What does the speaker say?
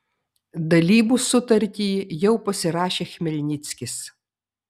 dalybų sutartį jau pasirašė chmelnickis